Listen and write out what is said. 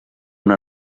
una